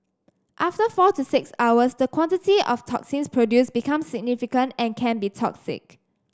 after four to six hours the quantity of toxins produced become significant and can be toxic